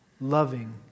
loving